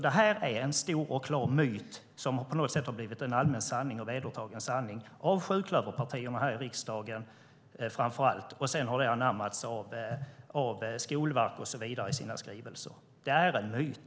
Det här är en stor och klar myt, som på något sätt har blivit en allmän och vedertagen sanning, framför allt bland sjuklöverpartierna här i riksdagen. Sedan har den anammats av Skolverket i deras skrivelser och så vidare. Det är en myt.